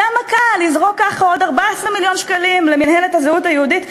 כמה קל לזרוק ככה עוד 14 מיליון שקלים למינהלת הזהות היהודית,